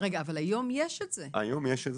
היום זה קיים.